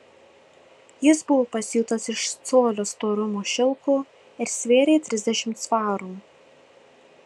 jis buvo pasiūtas iš colio storumo šilko ir svėrė trisdešimt svarų